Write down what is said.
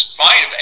fine